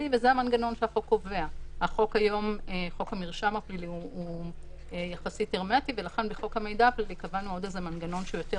היום כל המאבטחים, המידע על אודותיהם ומידע